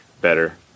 better